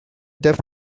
deaf